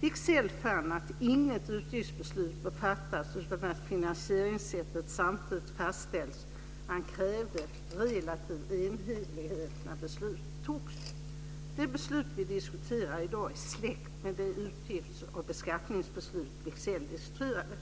Wicksell fann att inget utgiftsbeslut bör fattas utan att finansieringssättet samtidigt fastställts, och han krävde relativ enhällighet när beslut fattades. Det beslut vi diskuterar i dag är släkt med de utgifts och beskattningsbeslut Wicksell diskuterade.